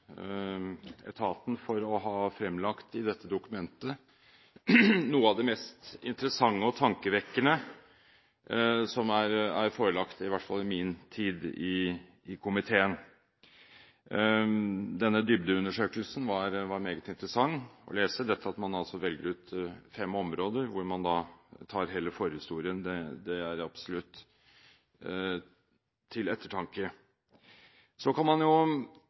etaten for i dette dokumentet å ha fremlagt noe av det mest interessante og tankevekkende som er forelagt, i hvert fall i min tid i komiteen. Denne dybdeundersøkelsen var meget interessant å lese. Dette at man altså velger ut fem områder hvor man tar for seg hele forhistorien, er absolutt til ettertanke. Man kan jo,